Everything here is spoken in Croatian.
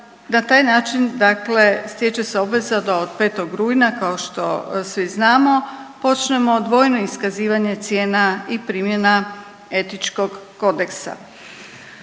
na taj način stječe se obveza da od 5. rujna kao što svi znamo, počnemo dvojno iskazivanje cijena i primjena etičkog kodeksa.